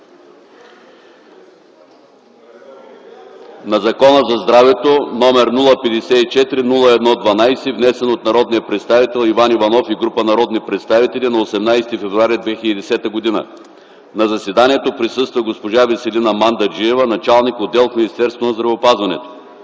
на Закона за здравето, № 054-01-12, внесен от народния представител Иван Иванов и група народни представители на 18 февруари 2010 г. На заседанието присъства госпожа Веселина Мандаджиева – началник отдел в Министерството на здравеопазването.